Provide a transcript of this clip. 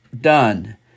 done